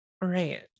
Right